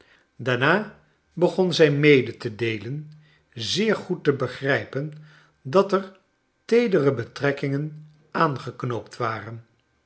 daarna begon zij mede te deelen zeer goed te begrijpen dat er teedere betrekkingen aangeknoopt waren